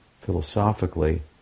philosophically